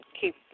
keep